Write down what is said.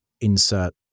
insert